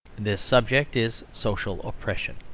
this subject is social oppression.